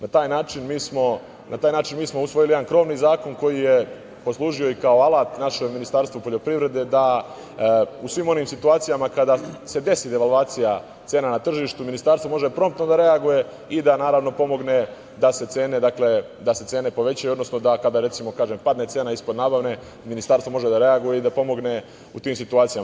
Na taj način mi smo usvojili jedan krovni zakon koji je poslužio i kao alat našem Ministarstvu poljoprivrede da u svim onim situacijama kada se desi devalvacija cena na tržištu ministarstvo može promptno da reaguje i da pomogne da se cene povećaju, odnosno da kada, recimo, padne cena ispod nabavne, Ministarstvo može da reaguje i da pomogne u tim situacijama.